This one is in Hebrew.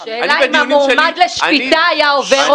אני בדיונים שלי --- השאלה אם המועמד לשפיטה היה עובר אותם.